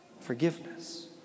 Forgiveness